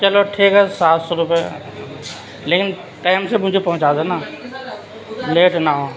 چلو ٹھیک ہے سات سو روپیے لیکن ٹائم سے مجھے پہنچا دینا لیٹ نہ ہو